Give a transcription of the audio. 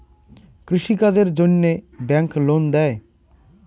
কৃষি কাজের জন্যে ব্যাংক লোন দেয়?